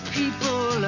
people